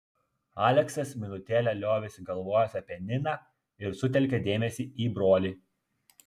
aleksas minutėlę liovėsi galvojęs apie niną ir sutelkė dėmesį į brolį